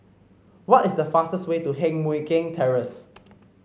what is the fastest way to Heng Mui Keng Terrace